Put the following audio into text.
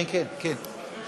כן, כן.